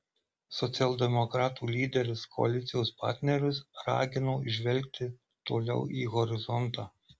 socialdemokratų lyderis koalicijos partnerius ragino žvelgti toliau į horizontą